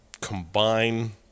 combine